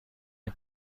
این